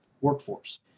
workforce